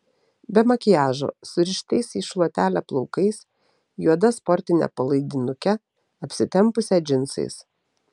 be makiažo surištais į šluotelę plaukais juoda sportine palaidinuke apsitempusią džinsais